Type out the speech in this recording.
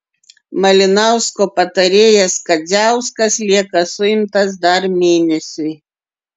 malinausko patarėjas kadziauskas lieka suimtas dar mėnesiui